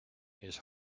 his